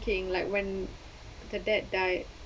king like when the dad died